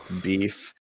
beef